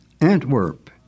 Antwerp